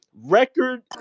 Record